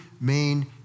main